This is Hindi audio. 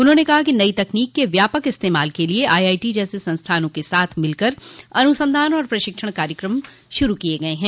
उन्होंने कहा कि नई तकनीक के व्यापक इस्तेमाल के लिये आईआईटी जैसे संस्थानों के साथ मिलकर अनुसंधान और प्रशिक्षण के कार्यक्रम श्रू किये गये हैं